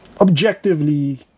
objectively